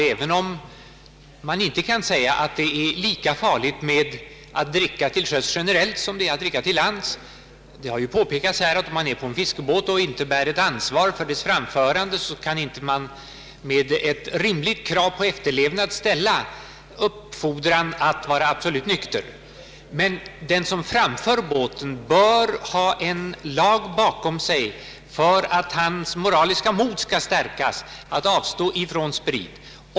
även om man inte kan säga att det generellt är lika farligt att dricka till sjöss som det är att dricka till lands — det har ju påpekats här att om en person befinner sig ombord på en fiskebåt och inte bär ansvar för dess framförande, så kan det inte med ett rimligt krav på efterlevnad uppställas en fordran på absolut nykterhet — bör den som för en båt ha en lag bakom sig för att hans moraliska mod skall stärkas att avstå från sprit.